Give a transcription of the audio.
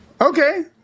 Okay